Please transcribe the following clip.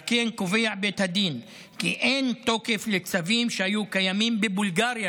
על כן קובע בית הדין כי אין תוקף לצווים שהיו קיימים בבולגריה,